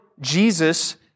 Jesus